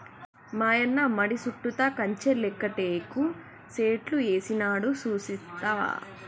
మాయన్న మడి సుట్టుతా కంచె లేక్క టేకు సెట్లు ఏసినాడు సూస్తివా